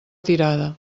tirada